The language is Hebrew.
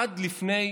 עד לפני